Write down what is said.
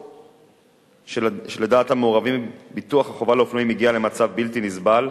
אף-על-פי שלדעת המעורבים ביטוח החובה לאופנועים הגיע למצב בלתי נסבל,